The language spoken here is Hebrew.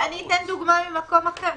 אני אתן דוגמה ממקום אחר.